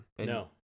No